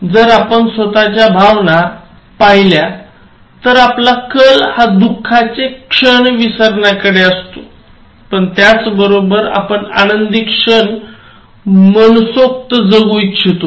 जर आपण स्वतःच्या भावना पहिल्या तर आपला कल हा दुःखाचे क्षण विसरण्याकडे असतो पण त्याचबरोबर आपण आनंदी क्षण मनसोक्त जगू इच्छितो